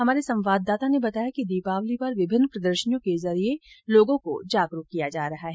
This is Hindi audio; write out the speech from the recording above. हमारे संवाददाता ने बताया कि दीपावली पर विभिन्न प्रदर्शनियों के जरिये लोगों को जागरूक किया जा रहा है